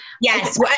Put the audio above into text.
Yes